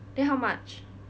then how much